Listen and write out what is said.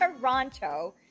Toronto